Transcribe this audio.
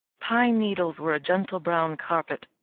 pine needles were a gentle brown carpet.